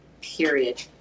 period